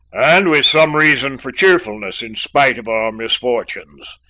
and with some reason for cheerfulness in spite of our misfortunes.